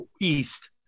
East